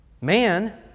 Man